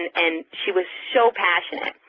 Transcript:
and she was so passionate.